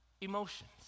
emotions